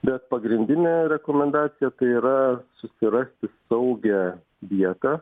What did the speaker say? bet pagrindinė rekomendacija tai yra susirasti saugią vietą